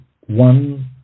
one